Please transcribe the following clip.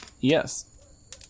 Yes